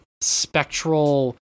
spectral